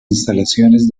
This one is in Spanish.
instalaciones